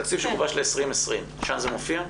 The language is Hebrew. התקציב שגובש ל-2020, שם זה מופיע?